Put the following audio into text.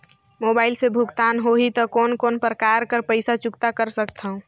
Mobile से भुगतान होहि त कोन कोन प्रकार कर पईसा चुकता कर सकथव?